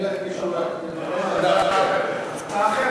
הצעה אחרת.